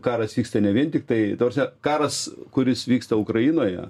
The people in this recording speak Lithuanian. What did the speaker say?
karas vyksta ne vien tiktai ta prasme karas kuris vyksta ukrainoje